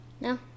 No